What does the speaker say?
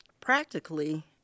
practically